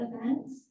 events